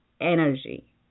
energy